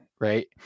right